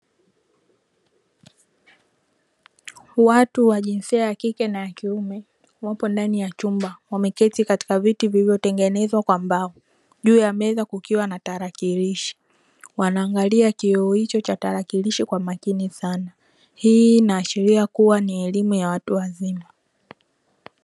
Watu wa jinsia ya kike na kiume wapo ndani na chumba wameketi katika viti vilivyotengenezwa kwa mbao; juu ya meza kukiwa na tarakilishi, wanaangalia kioo hicho cha tarakishi kwa makini sana. Hii inaashiria kuwa ni elimu ya watu wazima.